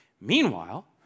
Meanwhile